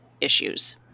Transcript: issues